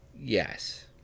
yes